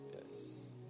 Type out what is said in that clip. Yes